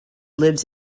lives